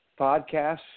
podcasts